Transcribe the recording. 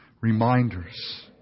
reminders